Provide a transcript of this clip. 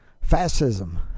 fascism